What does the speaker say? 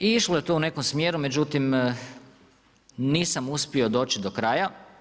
I išlo je to u nekom smjeru, međutim, nisam uspio doći do kraja.